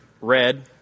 red